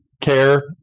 care